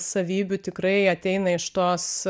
savybių tikrai ateina iš tos